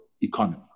economy